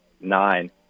nine